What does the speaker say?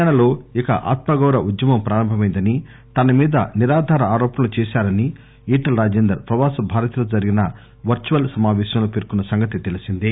తెలంగాణలో ఇక ఆత్మగొరవ ఉద్యమం ప్రారంభమైందని తనమీద నిరాదార ఆరోపణలు చేశారని ఈటిల రాజేందర్ ప్రవాస భారతీయులతో జరిగిన వర్చువల్ సమావేశంలో పేర్కొన్న సంగతి తెలిసిందే